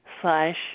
slash